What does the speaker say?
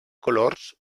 colors